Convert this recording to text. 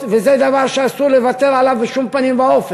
זה דבר שאסור לוותר עליו בשום פנים ואופן,